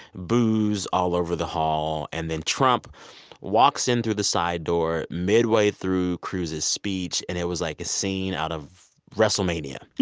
boos all over the hall. and then trump walks in through the side door midway through cruz's speech, and it was like a scene out of wrestlemania and